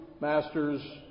masters